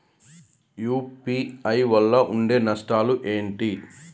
UPI వల్ల ఉండే నష్టాలు ఏంటి??